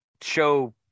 Show